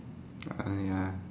ah ya